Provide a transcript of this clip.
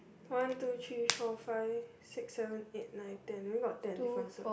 one two three four five six seven eight nine ten only got ten differences